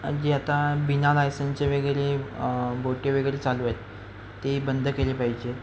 जे आता विना लायसनचे वगैरे बोटी वगैरे चालू आहेत ते बंद केले पाहिजेत